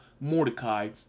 Mordecai